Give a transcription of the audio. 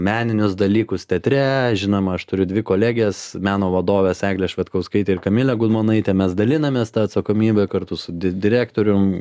meninius dalykus teatre žinoma aš turiu dvi koleges meno vadoves eglę švedkauskaitę ir kamilę gudmonaitę mes dalinamės ta atsakomybe kartu su di direktorium